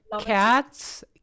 cats